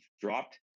dropped